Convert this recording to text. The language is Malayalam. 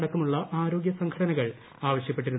അടക്കമുള്ള ആരോഗ്യ സംഘടനകൾ ആവശ്യപ്പെട്ടിരുന്നു